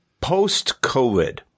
post-COVID